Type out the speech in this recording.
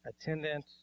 attendance